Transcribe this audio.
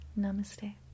namaste